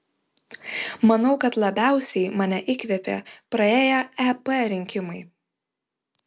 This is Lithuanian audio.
manau kad labiausiai mane įkvėpė praėję ep rinkimai